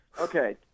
Okay